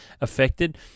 affected